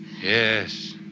yes